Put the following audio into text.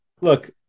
Look